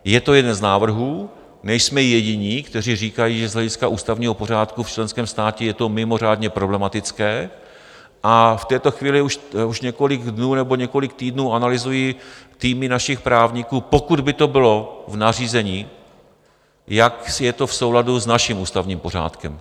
Je to jeden z návrhů, nejsme jediní, kteří říkají, že z hlediska ústavního pořádku v členském státě je to mimořádně problematické, a v této chvíli už několik dnů nebo několik týdnů analyzují týmy našich právníků, pokud by to bylo v nařízení, jak je to v souladu s naším ústavním pořádkem.